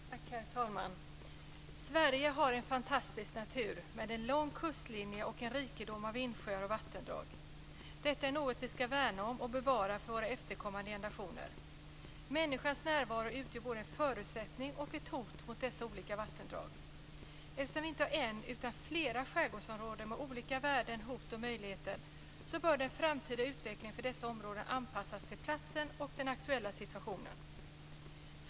Herr talman! Sverige har en fantastisk natur med en lång kustlinje och en rikedom av insjöar och vattendrag. Detta är något vi ska värna om och bevara för efterkommande generationer. Människans närvaro utgör både en förutsättning och ett hot mot dessa olika vattendrag. Eftersom vi inte har en utan flera skärgårdsområden med olika värden, hot och möjligheter, bör den framtida utvecklingen för dessa områden anpassas till platsen och den aktuella situationen.